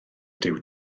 ydyw